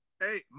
Hey